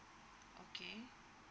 okay